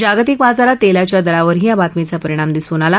जागतिक बाजारात तस्त्विच्या दरावरही या बातमीचा परिणाम दिसून आला